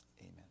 Amen